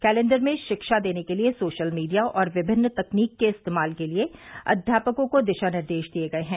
calendar में शिक्षा देने के लिए सोशल मीडिया और विभिन्न तकनीक के इस्तेमाल के लिए अध्यापकों को दिशा निर्देश दिए गए हैं